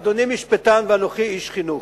אדוני משפטן, ואנוכי איש חינוך,